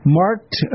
marked